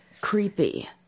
creepy